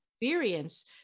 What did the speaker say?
experience